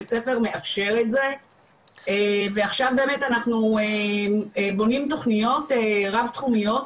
בית ספר מאפשר את זה ועכשיו באמת אנחנו בונים תוכניות רב תחומיות